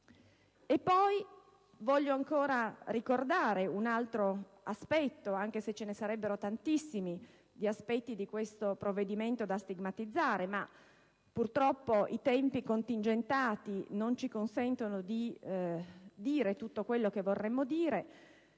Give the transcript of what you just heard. Voglio poi ricordare un altro aspetto, anche se ce ne sarebbero tantissimi in questo provvedimento da stigmatizzare, ma purtroppo i tempi contingentati non ci consentono di dire tutto quello che vorremmo.